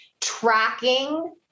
tracking